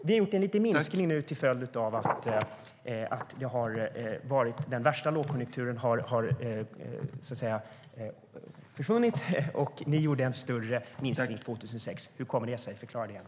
Vi gjorde en liten minskning efter att den värsta lågkonjunkturen hade försvunnit, men ni gjorde en större minskning 2006. Hur kommer det sig? Förklara gärna det.